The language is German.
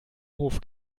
hof